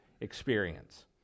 experience